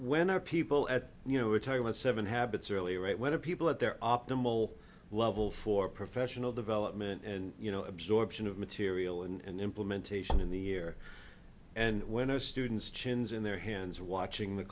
our people at you know we're talking about seven habits really right when are people at their optimal level for professional development and you know absorption of material and implementation in the year and when our students chins in their hands watching the